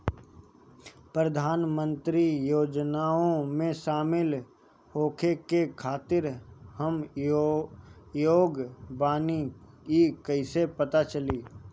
प्रधान मंत्री योजनओं में शामिल होखे के खातिर हम योग्य बानी ई कईसे पता चली?